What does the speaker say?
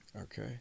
okay